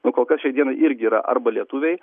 nu kol kas šiai dienai irgi yra arba lietuviai